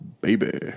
baby